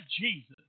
Jesus